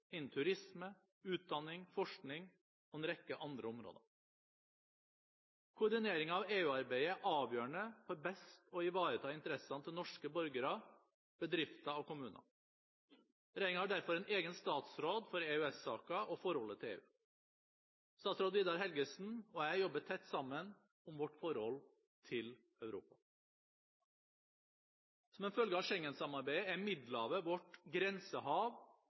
innen turisme, utdanning, forskning og en rekke andre områder. Koordineringen av EU-arbeidet er avgjørende for best å ivareta interessene til norske borgere, bedrifter og kommuner. Regjeringen har derfor en egen statsråd for EØS-saker og forholdet til EU. Statsråd Vidar Helgesen og jeg jobber tett sammen om vårt forhold til Europa. Som en følge av Schengen-samarbeidet er Middelhavet vårt grensehav